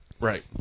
Right